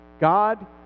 God